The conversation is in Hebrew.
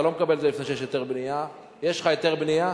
אתה לא מקבל את זה לפני שיש היתר בנייה יש לך היתר בנייה?